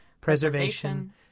preservation